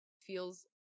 feels